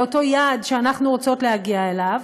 לאותו יעד שאנחנו רוצות להגיע אליו,